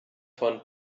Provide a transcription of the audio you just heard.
von